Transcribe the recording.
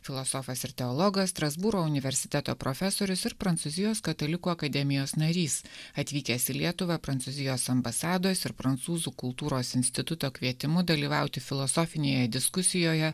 filosofas ir teologas strasbūro universiteto profesorius ir prancūzijos katalikų akademijos narys atvykęs į lietuvą prancūzijos ambasados ir prancūzų kultūros instituto kvietimu dalyvauti filosofinėje diskusijoje